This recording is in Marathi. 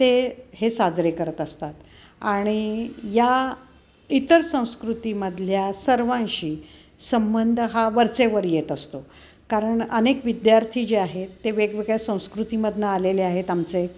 ते हे साजरे करत असतात आणि या इतर संस्कृतीमधल्या सर्वांशी संबंध हा वरचेवर येत असतो कारण अनेक विद्यार्थी जे आहे ते वेगवेगळ्या संस्कृतीमधून आलेले आहेत आमचे